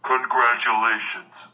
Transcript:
Congratulations